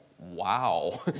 wow